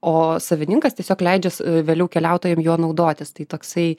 o savininkas tiesiog leidžias vėliau keliautojams juo naudotis tai toksai